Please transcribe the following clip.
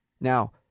Now